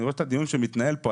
אני רואה את הדיון שמתנהל כאן.